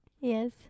Yes